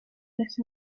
las